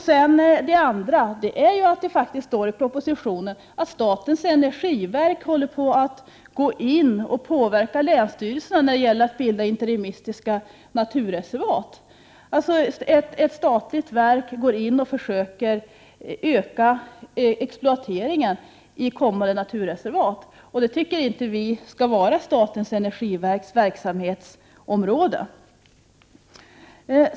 Den andra frågan tas upp i propositionen, där det framhålls att statens energiverk påverkar länsstyrelserna när det gäller att bilda interimistiska naturreservat, dvs. att ett statligt verk går in och försöker öka exploateringen i kommande naturreservat. Vi miljöpartister anser inte att detta skall tillhöra statens energiverks verksamhetsområde.